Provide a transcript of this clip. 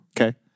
Okay